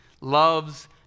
loves